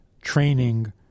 training